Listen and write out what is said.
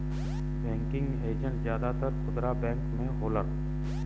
banking agent जादातर खुदरा bank में होलन